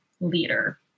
leader